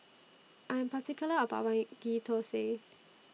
I Am particular about My Ghee Thosai